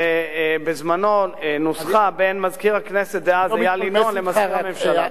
שבזמנו נוסחה בין מזכיר הכנסת דאז איל ינון למזכיר הממשלה.